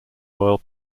royal